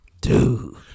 Dude